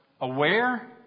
aware